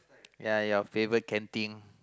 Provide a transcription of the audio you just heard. ya your favourite canteen